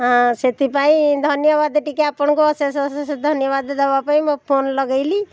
ହଁ ସେଥିପାଇଁ ଧନ୍ୟବାଦ ଟିକିଏ ଆପଣଙ୍କୁ ଅଶେଷ ଅଶେଷ ଧନ୍ୟବାଦ ଦେବାପାଇଁ ମୋ ଫୋନ୍ ଲଗେଇଲି